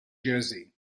jersey